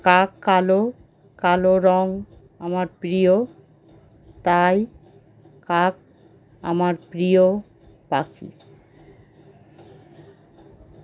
কাক কালো কালো রঙ আমার প্রিয় তাই কাক আমার প্রিয় পাখি